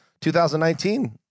2019